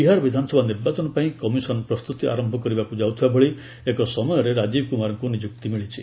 ବିହାର ବିଧାନସଭା ନିର୍ବାଚନ ପାଇଁ କମିଶନ ପ୍ରସ୍ତୁତି ଆରମ୍ଭ କରିବାକୁ ଯାଉଥିବା ଭଳି ଏକ ସମୟରେ ରାଜୀବ କୁମାରଙ୍କୁ ନିଯୁକ୍ତି ମିଳିଛି